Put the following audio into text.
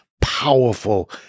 powerful